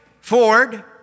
Ford